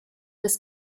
des